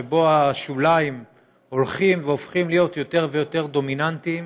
שבו השוליים הולכים והופכים להיות יותר ויותר דומיננטיים,